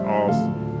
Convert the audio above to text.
awesome